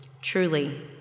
Truly